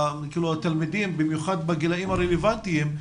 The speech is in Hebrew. התלמידים, בגילאים הרלוונטיים,